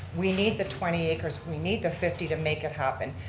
we need the twenty acres, we need the fifty to make it happen.